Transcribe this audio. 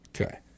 Okay